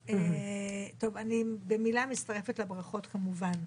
אני במילה מצטרפת לברכות, כמובן.